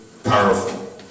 Powerful